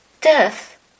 Death